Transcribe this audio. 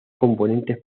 componentes